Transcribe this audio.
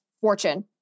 fortune